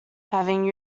having